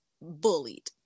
Bullied